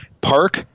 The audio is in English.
Park